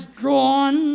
drawn